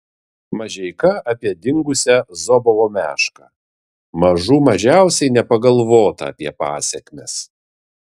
mažeika apie dingusią zobovo mešką mažų mažiausiai nepagalvota apie pasekmes